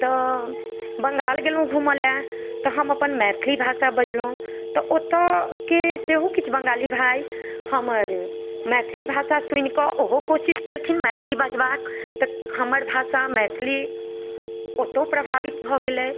तऽ बङ्गाल गेलहुँ घूमऽलए तऽ हम अपन मैथिली भाषा बजलहुँ तऽ ओतऽके सेहो किछु बङ्गाली भाय हमर मैथिली भाषा सुनिके ओहो कोशिश केलखिन मैथिली बजबाक तऽ हमर भाषा मैथिली ओतहु प्रभावित भऽ गेलै